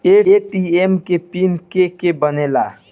ATM के PIN के के बनेला?